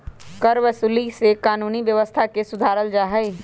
करवसूली से कानूनी व्यवस्था के सुधारल जाहई